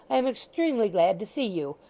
i am extremely glad to see you.